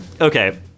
Okay